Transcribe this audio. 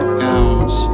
gowns